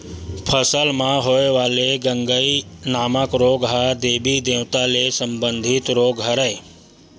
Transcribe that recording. फसल म होय वाले गंगई नामक रोग ह देबी देवता ले संबंधित रोग हरय